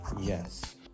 Yes